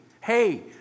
hey